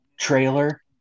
Trailer